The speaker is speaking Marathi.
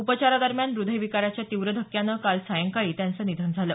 उपचारादरम्यान हृदयविकाराच्या तीव्र धक्क्यानं काल सायंकाळी त्यांचं निधन झालं